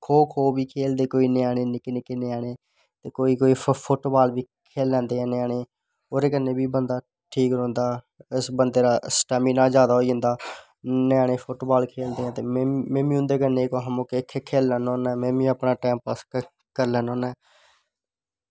खो खो बी खेढदे केईं ञ्यानें निक्के निक्के ञ्यानें ते कोई कोई फुटबॉल बी खेढी लैंदे केईं ञ्यानें ओह्दे कन्नै की बंदा ठीक रौंह्दा इस बंदे दा स्टेमिना तेज होई जंदा ञ्यानें फुटबॉल खेढदे ते में बी उं'दे कन्नै उत्थै खेढी लैन्ना होन्ना ते में बी अपना टाईम पास करी लैन्ना होना